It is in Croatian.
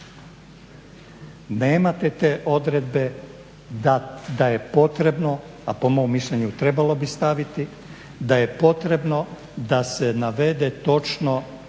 Nemate te odredbe da je potrebno, a po mom mišljenju trebalo bi staviti da je potrebno da se navede točno